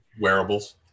wearables